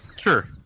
Sure